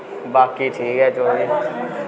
बाकी ठीक ऐ जो बी